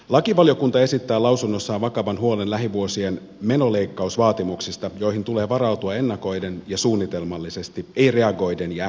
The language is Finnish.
lakivaliokunta esittää lausunnossaan vakavan huolen lähivuosien menoleikkausvaatimuksista joihin tulee varautua ennakoiden ja suunnitelmallisesti ei reagoiden ja äkkijyrkästi